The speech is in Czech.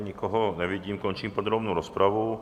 Nikoho nevidím, končím podrobnou rozpravu.